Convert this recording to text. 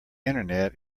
internet